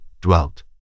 dwelt